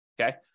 Okay